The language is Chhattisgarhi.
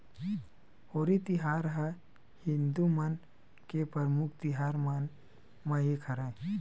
होरी तिहार ह हिदू मन के परमुख तिहार मन म एक हरय